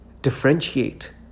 differentiate